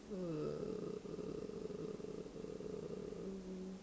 uh